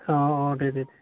औ औ दे दे